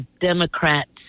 Democrats